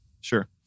Sure